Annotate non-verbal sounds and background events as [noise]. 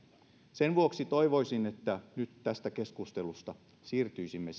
sen vuoksi toivoisin että tästä keskustelusta siirtyisimme [unintelligible]